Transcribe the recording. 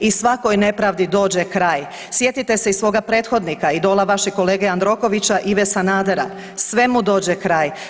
I svakoj nepravdi dođe kraj.“ Sjetite se i svoga prethodnika idola vašeg kolege Jandrokovića Ive Sanadera „svemu dođe kraj“